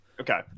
Okay